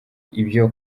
ibyo